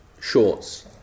shorts